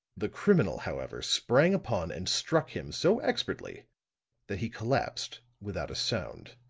the criminal, however, sprang upon and struck him so expertly that he collapsed without a sound.